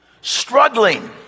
struggling